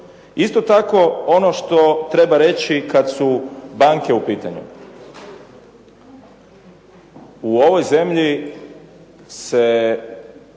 Isto tako ono što treba reći kad su banke u pitanju. U ovoj zemlji se